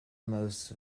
most